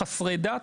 חסרי דת.